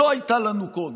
שלא הייתה לנו קודם,